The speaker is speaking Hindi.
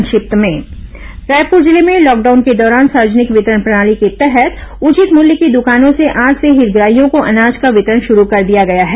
संक्षिप्त समाचार रायपुर जिले में लॉकडाउन के दौरान सार्वजनिक वितरण प्रणाली के तहत उचित मूल्य की दुकानों से आज से हितग्राहियों को अनाज का वितरण शुरू कर दिया गया है